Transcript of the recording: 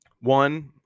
one